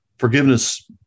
Forgiveness